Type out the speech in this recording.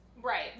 Right